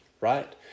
Right